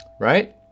right